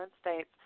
States